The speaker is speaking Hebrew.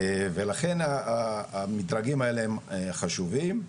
ולכן המדרגים האלה הם חשובים.